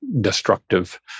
destructive